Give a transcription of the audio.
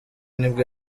nibwo